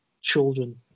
children